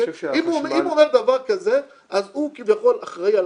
אם הוא אומר דבר כזה אז הוא כביכול אחראי על